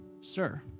Sir